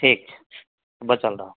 ठीक छै बचल रहब